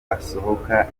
asohoka